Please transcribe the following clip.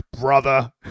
brother